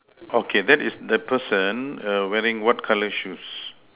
okay then is the person wearing what colour shoes